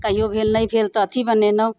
कहियो भेल नहि भेल तऽ अथी बनेनहुँ